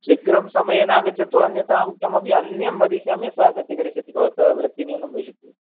शीघ्रं समयेनागच्छतु अन्यथा अहं कमपि अन्यं वदिष्यामि सः आगत्य करिष्यति भवतः वृत्तिन्यूनं भविष्यति